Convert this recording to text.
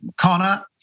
Connor